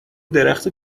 درخت